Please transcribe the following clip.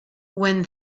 when